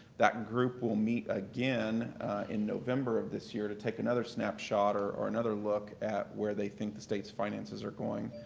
that group will meet again in november of this year to take another snapshot or another look at where they think the state's finances are going.